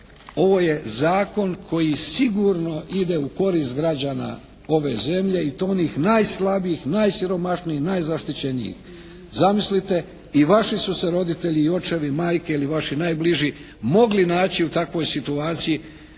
ovo zakon koji sigurno ide u korist građana ove zemlje i to onih najslabijih, najsiromašnijih, najzaštićenijih. Zamislite, i vaši su se roditelji, očevi, majke ili vaši najbliži mogli naći u takvoj situaciji